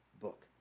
book